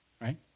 right